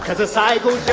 the cycle